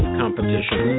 competition